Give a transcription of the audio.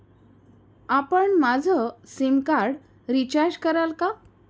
आपण माझं sim card recharge कराल का?